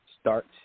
start